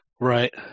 Right